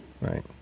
Right